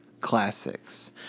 classics